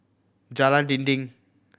Jalan Dinding